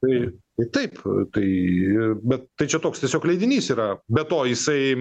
tai tai taip tai i bet tai čia toks tiesiog leidinys yra be to jisai